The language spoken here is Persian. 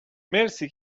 مرسی